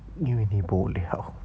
因为你 bo liao